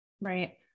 Right